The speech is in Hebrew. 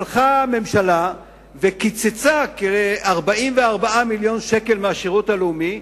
הלכה הממשלה וקיצצה כ-44 מיליון שקל מהשירות הלאומי,